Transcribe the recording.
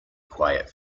quiet